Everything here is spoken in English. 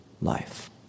life